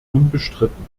unbestritten